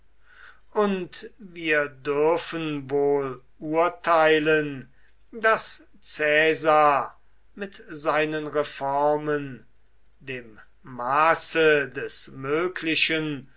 und wir dürfen wohl urteilen daß caesar mit seinen reformen dem maße des möglichen